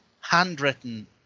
handwritten